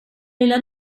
lilla